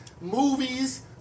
movies